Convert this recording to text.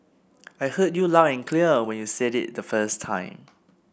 I heard you loud and clear when you said it the first time